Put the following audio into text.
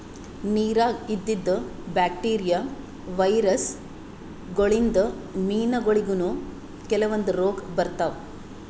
ನಿರಾಗ್ ಇದ್ದಿದ್ bacteria, virus ಗೋಳಿನ್ದ್ ಮೀನಾಗೋಳಿಗನೂ ಕೆಲವಂದ್ ರೋಗ್ ಬರ್ತಾವ್